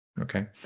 Okay